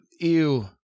Ew